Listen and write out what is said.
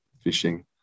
fishing